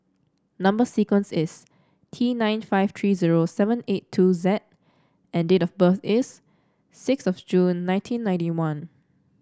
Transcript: number sequence is T nine five three zero seven eight two Z and date of birth is six of June nineteen ninety one